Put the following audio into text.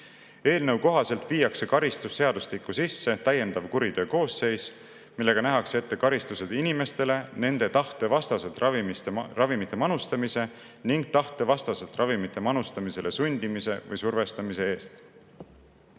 Eelnõu kohaselt viiakse karistusseadustikku sisse täiendav kuriteokoosseis, millega nähakse ette karistused inimestele nende tahte vastaselt ravimite manustamise ning tahtevastaselt ravimite manustamisele sundimise või survestamise